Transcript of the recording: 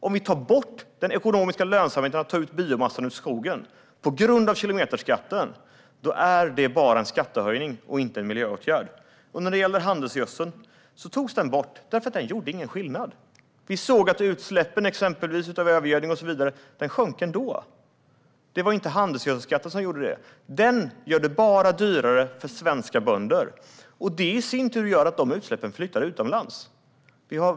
Om vi, på grund av kilometerskatten, tar bort den ekonomiska lönsamheten i att ta ut biomassa ur skogen är det bara en skattehöjning och inte en miljöåtgärd. När det gäller handelsgödsel togs skatten bort eftersom den inte gjorde någon skillnad. Vi såg att utsläppen, när det gäller övergödning och så vidare, sjönk ändå. Det var inte handelsgödselskatten som gjorde det. Den gör det bara dyrare för svenska bönder, och det i sin tur gör att utsläppen flyttar utomlands.